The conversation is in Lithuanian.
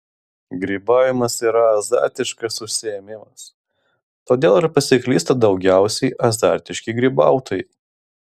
grybavimas yra azartiškas užsiėmimas todėl ir pasiklysta daugiausiai azartiški grybautojai